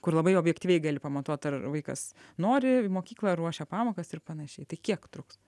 kur labai objektyviai gali pamatuot ar vaikas nori į mokyklą ruošia pamokas ir panašiai tai kiek truks